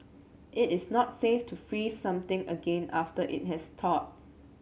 it is not safe to freeze something again after it has thawed